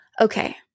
Okay